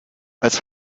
als